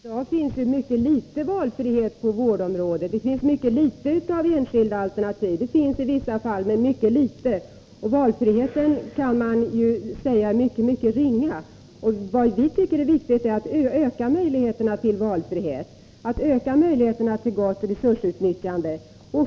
Herr talman! I dag finns mycket litet valfrihet på vårdområdet, mycket litet av enskilda alternativ. Man kan säga att valfriheten är mycket ringa. Vi tycker att det är viktigt att öka möjligheterna till valfrihet och privat resursutnyttjande.